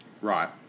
Right